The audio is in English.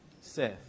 Seth